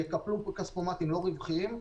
יקפלו כספומטים לא רווחיים,